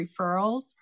referrals